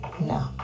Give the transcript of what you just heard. no